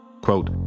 Quote